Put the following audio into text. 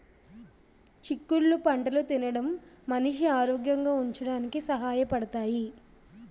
చిక్కుళ్ళు పంటలు తినడం మనిషి ఆరోగ్యంగా ఉంచడానికి సహాయ పడతాయి